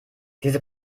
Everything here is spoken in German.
diese